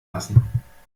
lassen